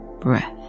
breath